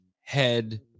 head